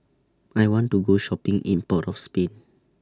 I want to Go Shopping in Port of Spain